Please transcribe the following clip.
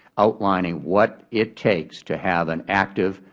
outlining what it takes to have an active,